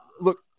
Look